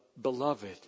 beloved